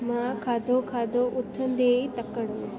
मां खाधो खाधो उथिंदे ई तकड़ि में